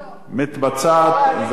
מתבצעת.